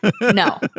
no